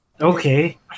okay